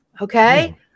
Okay